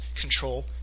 control